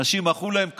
אנשים מחאו להם כפיים,